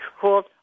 called